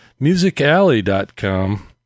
musicalley.com